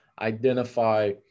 identify